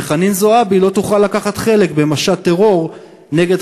וחנין זועבי לא תוכל לקחת חלק במשט טרור נגד